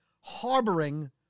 harboring